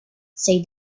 said